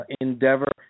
Endeavor